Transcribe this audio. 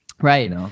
Right